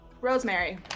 Rosemary